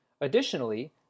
Additionally